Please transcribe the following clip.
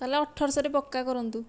ତା'ହେଲେ ଅଠର ଶହରେ ପକ୍କା କରନ୍ତୁ